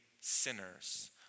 sinners